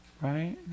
Right